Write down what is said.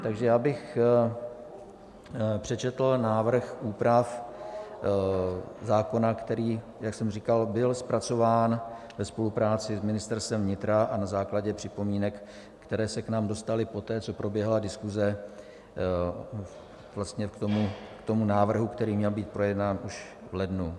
Takže bych přečetl návrh úprav zákona, který, jak jsem říkal, byl zpracován ve spolupráci s Ministerstvem vnitra a na základě připomínek, které se k nám dostaly poté, co proběhla diskuse vlastně k tomu návrhu, který měl být projednán už v lednu.